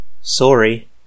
Sorry